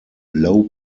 low